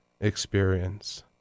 experience